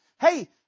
Hey